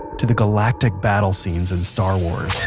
to the galactic battle scenes in star wars,